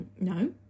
No